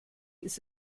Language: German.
ist